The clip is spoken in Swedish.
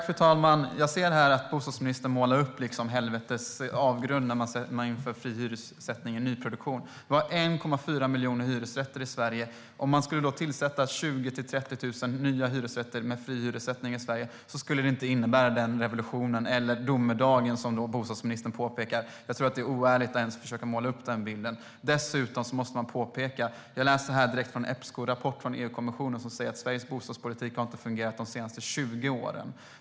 Fru talman! Jag ser här att bostadsministern målar upp en helvetesavgrund när man inför fri hyressättning i nyproduktion. Vi har 1,4 miljoner hyresrätter i Sverige. Om man skulle tillföra 20 000-30 000 nya hyresrätter med fri hyressättning i Sverige skulle det inte innebära den revolution eller den domedag som bostadsministern talar om. Jag tycker att det är oärligt att ens försöka måla upp den bilden. Dessutom måste man påpeka en annan sak. Jag läser från en Epsco-rapport från EU-kommissionen som säger att Sveriges bostadspolitik inte har fungerat de senaste 20 åren.